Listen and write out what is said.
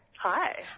Hi